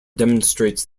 demonstrates